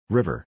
River